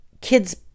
kids